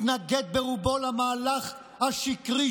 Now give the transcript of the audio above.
מתנגד ברובו למהלך השקרי,